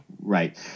Right